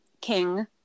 king